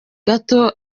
gato